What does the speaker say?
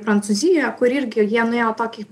prancūzija kur irgi jie nuėjo tokį